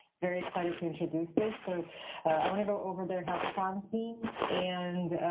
very excited to introduce this. so i want to go over the healthathon themes and